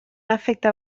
efecte